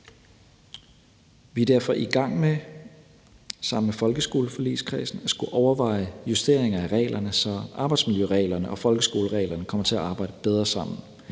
Vi er derfor i gang med sammen med folkeskoleforligskredsen at skulle overveje justeringer af reglerne, så arbejdsmiljøreglerne og folkeskolereglerne kommer til at arbejde bedre sammen.